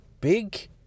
big